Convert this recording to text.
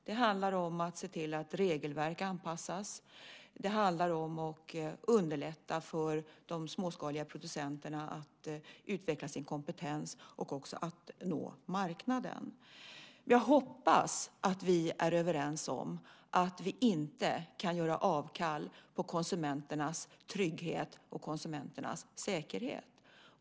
Det handlar om att se till att regelverk anpassas. Det handlar om att underlätta för de småskaliga producenterna att utveckla sin kompetens och att nå marknaden. Jag hoppas att vi är överens om att vi inte kan göra avkall på konsumenternas trygghet och säkerhet.